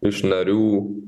iš narių